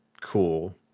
cool